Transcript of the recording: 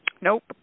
Nope